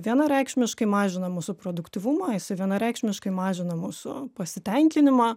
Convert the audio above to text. vienareikšmiškai mažina mūsų produktyvumą jis vienareikšmiškai mažina mūsų pasitenkinimą